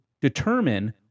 determine